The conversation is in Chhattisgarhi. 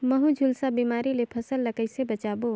महू, झुलसा बिमारी ले फसल ल कइसे बचाबो?